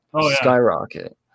skyrocket